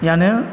यानो